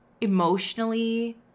emotionally